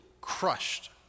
crushed